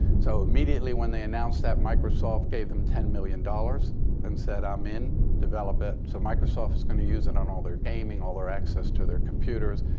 so immediately, when they announced that, microsoft gave them ten million dollars and said, i'm in. develop it. so microsoft is going to use that and on all their gaming, all their access to their computers,